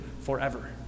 forever